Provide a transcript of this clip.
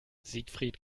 siegfried